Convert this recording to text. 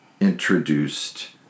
introduced